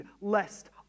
lest